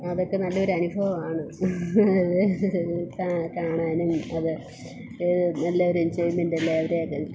അതൊക്കെ നല്ലൊരു അനുഭവമാണ് ക കാണാനും അത് ഒരു നല്ലൊരു എൻജോയ്മെൻറ്റ് എല്ലാവരും ആയിട്ട്